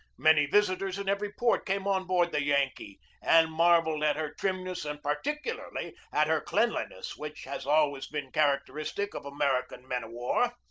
many visitors in every port came on board the yankee and marvelled at her trimness and particularly at her cleanliness, which has always been characteristic of american men-of-war.